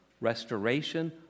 restoration